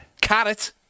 Carrot